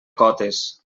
cotes